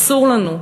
אסור לנו,